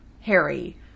Harry